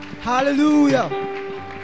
Hallelujah